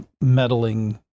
meddling